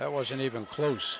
that wasn't even close